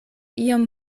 iom